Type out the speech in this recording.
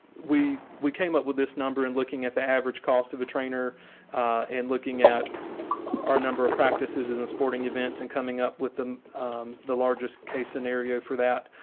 we we came up with this number and looking at the average cost of a trainer and looking at our number of practices in sporting events and coming up with the the largest case scenario for that.